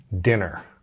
dinner